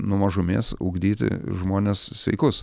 nuo mažumės ugdyti žmones sveikus